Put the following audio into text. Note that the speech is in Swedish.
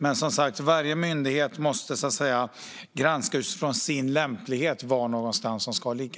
Men, som sagt, för varje myndighet måste man granska var de lämpligast ska ligga.